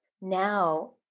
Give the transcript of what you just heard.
now